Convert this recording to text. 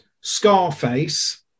Scarface